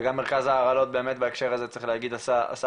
וגם בהקשר הזה באמת צריך להגיד שמרכז ההרעלות עשה עבודה